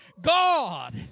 God